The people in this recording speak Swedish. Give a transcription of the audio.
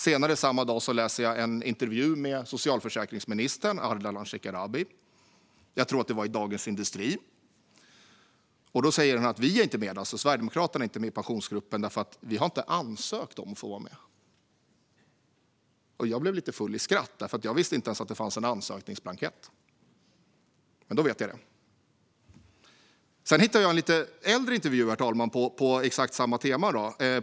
Senare samma dag läste jag en intervju med socialförsäkringsminister Ardalan Shekarabi, i Dagens industri tror jag att det var. Han sa där att Sverigedemokraterna inte är med i Pensionsgruppen därför att vi inte har ansökt om att få vara med. Jag blev lite full i skratt, för jag visste inte ens att det fanns en ansökningsblankett. Men då vet jag det. Sedan hittade jag en lite äldre intervju, herr talman, på exakt samma tema.